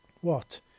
What